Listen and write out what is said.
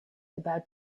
about